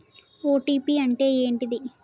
OTP అంటే ఏంటిది?